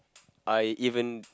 I even